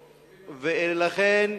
מדברים על, ולכן,